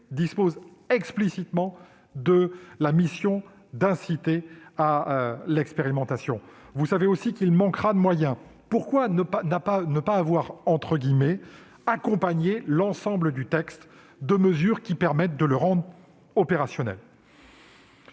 dispose explicitement de la mission d'inciter à l'expérimentation. Vous savez aussi qu'il manquera des moyens ... Pourquoi ne pas avoir « accompagné » l'ensemble du texte de mesures qui permettent de le rendre opérationnel ?